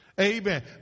amen